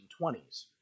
1920s